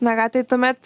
na ką tai tuomet